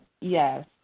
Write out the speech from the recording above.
Yes